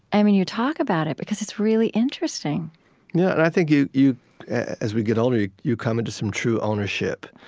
i mean, you talk about it because it's really interesting yeah. and i think you you as we get older, you you come into some true ownership.